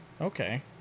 Okay